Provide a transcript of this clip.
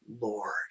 Lord